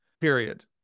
period